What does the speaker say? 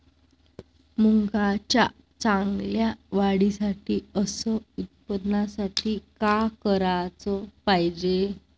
मुंगाच्या चांगल्या वाढीसाठी अस उत्पन्नासाठी का कराच पायजे?